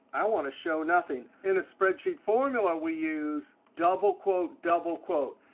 i want to show nothing. in a spreadsheet formula we use double quote double quote.